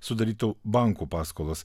sudarytų bankų paskolos